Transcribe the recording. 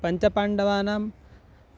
पञ्च पाण्डवानां